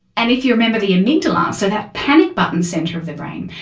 and if you remember the amygdala, so that panic button centre of the brain,